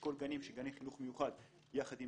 אשכול גנים של גני חינוך מיוחד יחד עם